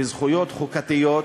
בזכויות חוקתיות,